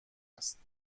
است